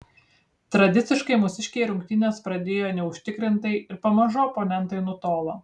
tradiciškai mūsiškiai rungtynes pradėjo neužtikrintai ir pamažu oponentai nutolo